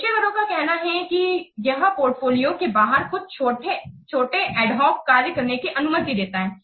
पेशेवरों का कहना है कि यह पोर्टफोलियो के बाहर कुछ छोटे एडहॉक कार्य करने की अनुमति देता है